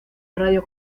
radio